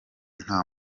nta